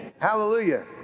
Hallelujah